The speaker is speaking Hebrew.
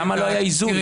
למה לא היה איזון?